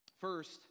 First